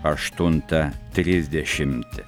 aštuntą trisdešimt